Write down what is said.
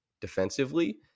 defensively